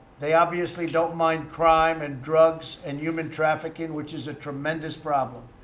they obviously don't mind crime and drugs and human trafficking, which is a tremendous problem.